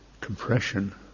compression